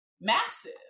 Massive